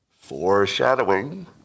Foreshadowing